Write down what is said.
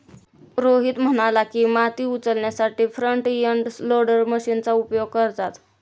रोहित म्हणाला की, माती उचलण्यासाठी फ्रंट एंड लोडर मशीनचा उपयोग करतात